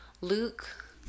Luke